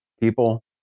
people